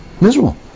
Miserable